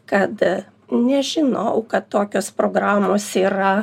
kad nežinojau kad tokios programos yra